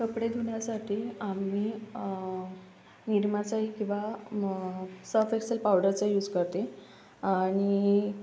कपडे धुण्यासाठी आम्ही निरमाचाही किंवा मग सर्फ एक्सेल पावडरचा यूज करते आणि